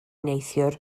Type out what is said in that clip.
neithiwr